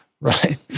Right